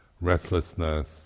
restlessness